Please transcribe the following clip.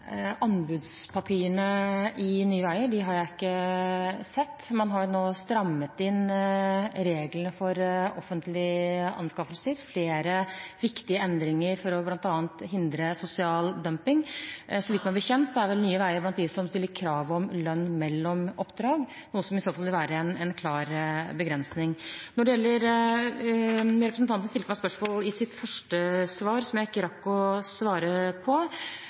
anbudspapirene til Nye Veier. De har jeg ikke sett. Man har nå strammet inn reglene for offentlige anskaffelser, med flere viktige endringer for bl.a. å hindre sosial dumping. Meg bekjent er Nye Veier blant dem som stiller krav om lønn mellom oppdrag, noe som i så fall vil være en klar begrensning. Representanten Lundteigen stilte meg et spørsmål i sin første replikk som jeg ikke rakk å svare på,